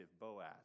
Boaz